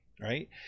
Right